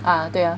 啊对啊